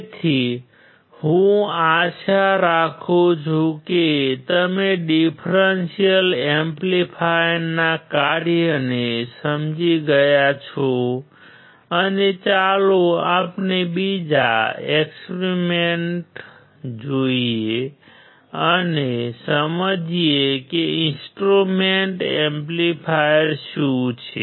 તેથી હું આશા રાખું છું કે તમે ડીફ્રેન્શિઅલ એમ્પ્લીફાયરના કાર્યને સમજી ગયા છો અને ચાલો આપણે બીજો એક્સપેરિમેન્ટ જોઈએ અને સમજીએ કે ઇન્સ્ટ્રુમેન્ટેશન એમ્પ્લીફાયર શું છે